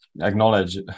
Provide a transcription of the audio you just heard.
acknowledge